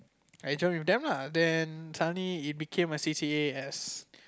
I join with them lah then suddenly it became a C_C_A as